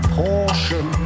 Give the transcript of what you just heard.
portion